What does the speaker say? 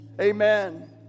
Amen